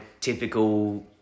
typical